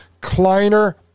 Kleiner